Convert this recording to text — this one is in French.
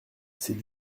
c’est